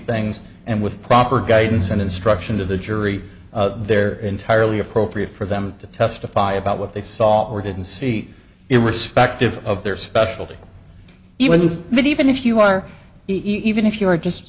things and with proper guidance and instruction to the jury they're entirely appropriate for them to testify about what they saw or didn't see it respective of their specialty even maybe even if you are even if you are just